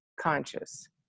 conscious